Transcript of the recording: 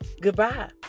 Goodbye